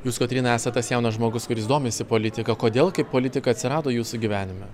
jūs kotryna esat tas jaunas žmogus kuris domisi politika kodėl kaip politika atsirado jūsų gyvenime